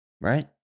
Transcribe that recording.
right